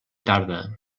tarda